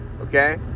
okay